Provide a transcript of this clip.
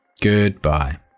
Goodbye